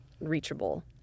reachable